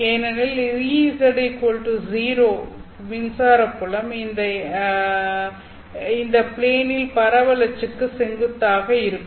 ஏனெனில் Ez0 மின்சார புலம் இந்த எனில் ப்ளேனில் பரவல் அச்சுக்கு செங்குத்தாக இருக்கும்